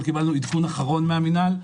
כי קיבלנו אתמול עדכון אחרון מהמינהל.